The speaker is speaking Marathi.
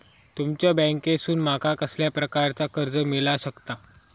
तुमच्या बँकेसून माका कसल्या प्रकारचा कर्ज मिला शकता?